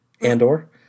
Andor